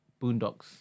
Boondocks